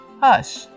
hush